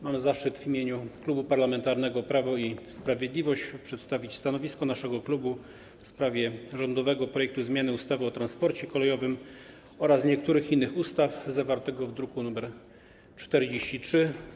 Mam zaszczyt w imieniu Klubu Parlamentarnego Prawo i Sprawiedliwość przedstawić stanowisko naszego klubu w sprawie rządowego projektu ustawy o zmianie ustawy o transporcie kolejowym oraz niektórych innych ustaw, druk nr 43.